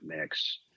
mix